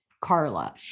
Carla